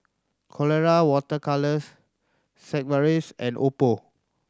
Colora Water Colours Sigvaris and Oppo